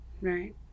right